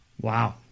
Wow